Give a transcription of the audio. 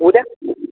उद्या